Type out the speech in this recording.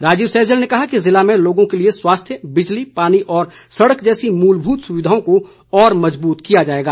राजीव सहजल ने कहा कि ज़िले में लोगों के लिए स्वास्थ्य बिजली पानी और सड़क जैसी मूलभूत सुविधाओं को और मजबूत किया जाएगा